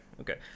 Okay